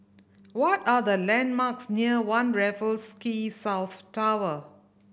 what are the landmarks near One Raffles Quay South Tower